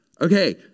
okay